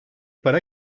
para